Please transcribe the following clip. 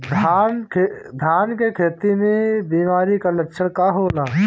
धान के खेती में बिमारी का लक्षण का होला?